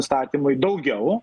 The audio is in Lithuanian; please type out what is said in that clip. įstatymui daugiau